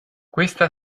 questa